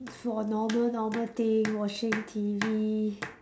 for normal normal thing watching T_V